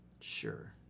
Sure